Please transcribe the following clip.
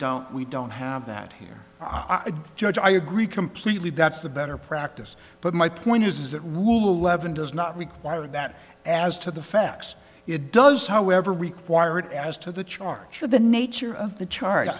don't we don't have that here i would judge i agree completely that's the better practice but my point is is that rule eleven does not require that as to the facts it does however require it as to the charge or the nature of the char